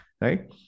right